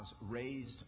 raised